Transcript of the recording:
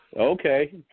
okay